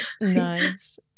Nice